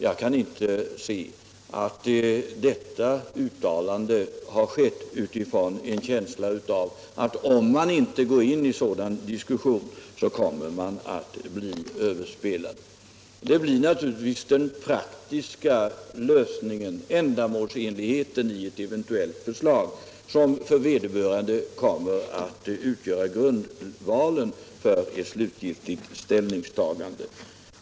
Jag kan inte se att detta uttalande har gjorts i en känsla av att om man inte går in i en sådan diskussion kommer man att bli överspelad. Det blir naturligtvis den praktiska lösningen, ändamålsenligheten i ett eventuellt förslag, som för vederbörande kommer att utgöra grundvalen för ett slutgiltigt ställningstagande.